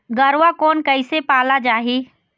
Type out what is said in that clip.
गरवा कोन कइसे पाला जाही?